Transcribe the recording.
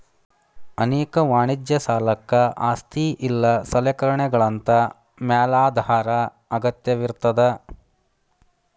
ಅನೇಕ ವಾಣಿಜ್ಯ ಸಾಲಕ್ಕ ಆಸ್ತಿ ಇಲ್ಲಾ ಸಲಕರಣೆಗಳಂತಾ ಮ್ಯಾಲಾಧಾರ ಅಗತ್ಯವಿರ್ತದ